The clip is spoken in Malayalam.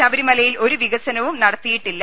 ശബരിമലയിൽ ഒരു വികസനവും നട ത്തിയിട്ടില്ല